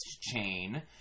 chain